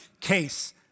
case